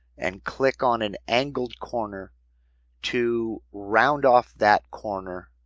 and click on an angled corner to round off that corner.